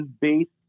based